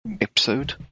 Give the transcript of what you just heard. episode